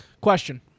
Question